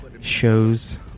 shows